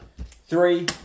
Three